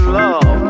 love